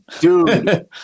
Dude